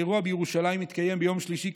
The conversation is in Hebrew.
האירוע בירושלים יתקיים ביום שלישי,